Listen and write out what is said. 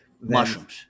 Mushrooms